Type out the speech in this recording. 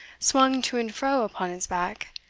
swung to and fro upon his back,